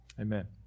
amen